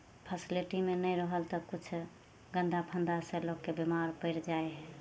फैसिलिटीमे नहि रहल तऽ किछु गन्दा फन्दासँ लोकके बिमार पड़ि जाइ हइ